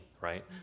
right